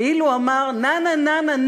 כאילו אמר "נה-נה-נה,